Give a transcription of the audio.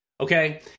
okay